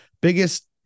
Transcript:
Biggest